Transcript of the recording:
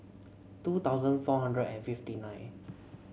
two thousand four hundred and fifty nine